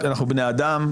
כי אנחנו בני אדם,